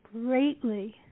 greatly